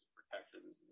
protections